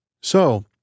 So